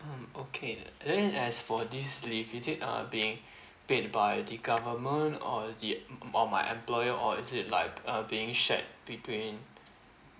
mm okay then as for these leaves is it uh being paid by the government or the or my employer or is it like uh being shared between